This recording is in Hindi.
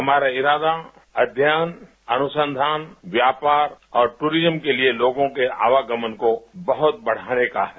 हमारा इरादा अध्ययन अनुसंधान व्यापार और टूरिज्म के लिए लोगों के आवागमन को बहुत बढ़ाने का है